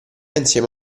insieme